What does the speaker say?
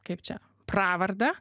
kaip čia pravardę